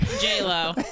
J-Lo